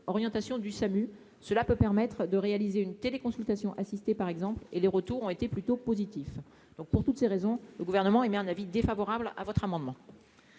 orientation du SAMU, cela peut permettre de réaliser une téléconsultation assisté par exemple et les retours ont été plutôt positifs, donc pour toutes ces raisons, le Gouvernement émet un avis défavorable à votre amendement.